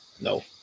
no